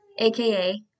AKA